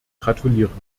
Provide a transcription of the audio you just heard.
gratulieren